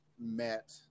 met